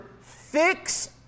fix